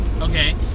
Okay